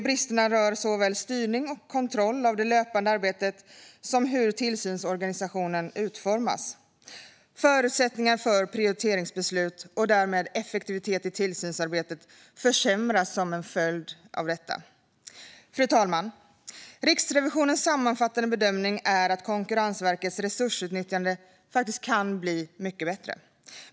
Bristerna rör såväl styrning och kontroll av det löpande arbetet som hur tillsynsorganisationen utformas. Förutsättningarna för prioriteringsbeslut, och därmed effektivitet i tillsynsarbetet, försämras som en följd av detta. Fru talman! Riksrevisionens sammanfattande bedömning är att Konkurrensverkets resursutnyttjande kan bli mycket bättre.